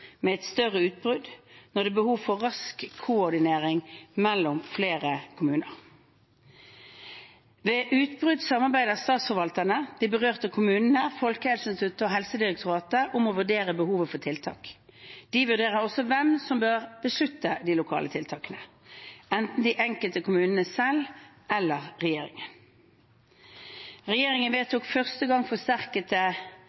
med et større utbrudd når det er behov for rask koordinering mellom flere kommuner. Ved utbrudd samarbeider statsforvalterne, de berørte kommunene, Folkehelseinstituttet og Helsedirektoratet om å vurdere behovet for tiltak. De vurderer også hvem som bør beslutte de lokale tiltakene: enten de enkelte kommunene selv eller regjeringen. Regjeringen